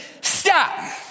Stop